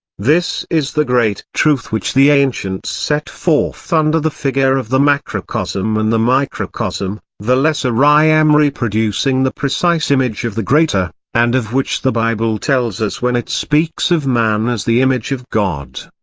this is the great truth which the ancients set forth under the figure of the macrocosm and the microcosm, the lesser i am reproducing the precise image of the greater, and of which the bible tells us when it speaks of man as the image of god.